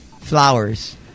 Flowers